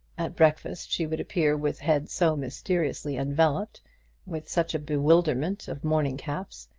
at breakfast she would appear with head so mysteriously enveloped with such a bewilderment of morning caps,